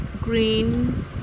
green